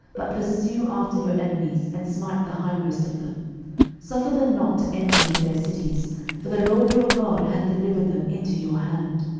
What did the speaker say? but pursue after your enemies, and smite the hindmost of them suffer them not to enter into their cities for the lord your god hath delivered them into your hand.